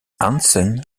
hansen